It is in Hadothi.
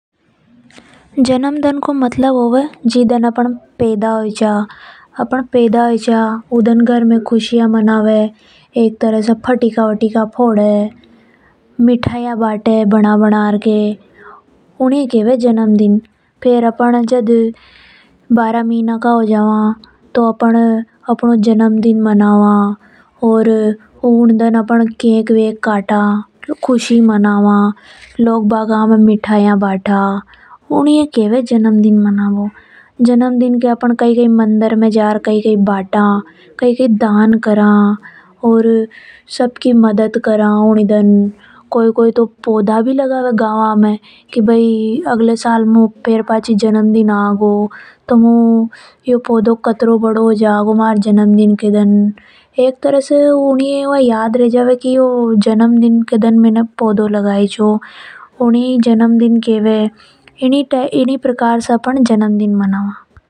जन्मदन को मतलब होवे है पैदा होभो। जी दन अपन पैदा होया था उह दन खुशीया आ जावे। पाठिका फोड़े, मिठाइयां कावे। फेर अपन बारह महीना का हो जावा तब अपन जन्मदन महानव है। और कैक वेक काटा, खुशी मनवा उन्हें केव जन्मदन। ई दन अपना घर वाला दान भी करे । मंदिर में भी जावे। इने केव जन्मदन मना बो।